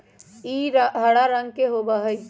ई हरा रंग के होबा हई